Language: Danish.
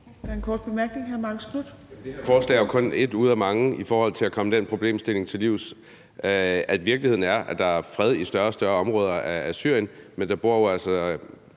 Der er en kort bemærkning. Hr. Marcus